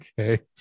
okay